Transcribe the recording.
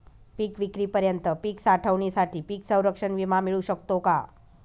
पिकविक्रीपर्यंत पीक साठवणीसाठी पीक संरक्षण विमा मिळू शकतो का?